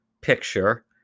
picture